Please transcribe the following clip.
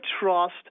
trust